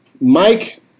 Mike